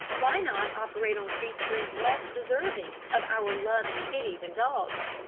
why not operate on creatures less deserving of our love and pity than dogs?